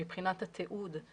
מבחינת התיעוד,